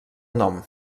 nom